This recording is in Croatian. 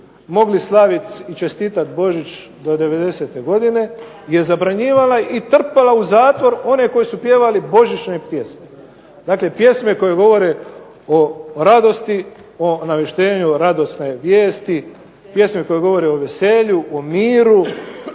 mogli slaviti i čestitati Božić do '90.-e godine je zabranjivala i trpala u zatvor one koji su pjevali božićne pjesme. Dakle, pjesme koje govore o radosti, o navještenju radosne vijesti, pjesme koje govore o veselju, o miru,